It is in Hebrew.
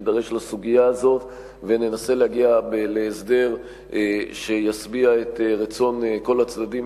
נידרש לסוגיה הזאת וננסה להגיע להסדר שישביע את רצון כל הצדדים,